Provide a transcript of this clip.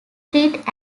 street